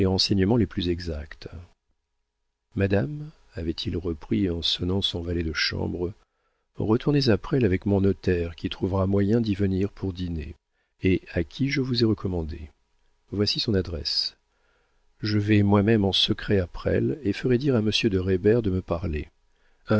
les plus exacts madame avait-il repris en sonnant son valet de chambre retournez à presles avec mon notaire qui trouvera moyen d'y venir pour dîner et à qui je vous ai recommandée voici son adresse je vais moi-même en secret à presles et ferai dire à monsieur de reybert de me parler